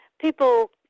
people